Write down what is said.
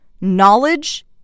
Knowledge